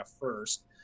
first